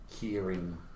hearing